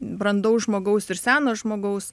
brandaus žmogaus ir seno žmogaus